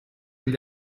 agli